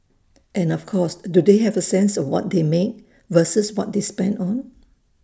and of course do they have A sense of what they make versus what they spend on